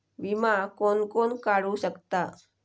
विमा कोण कोण काढू शकता?